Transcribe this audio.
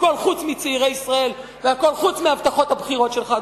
הכול חוץ מצעירי ישראל והכול חוץ מהבטחות הבחירות שלך,